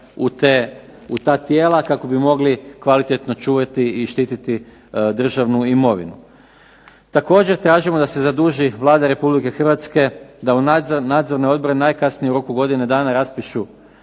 u ta tijela kako bi mogli čuvati i štititi državnu imovinu. Također tražimo da se zaduži Vlada Republike Hrvatske da u nadzorne odbore najkasnije u roku godine dana raspišu,